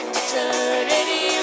eternity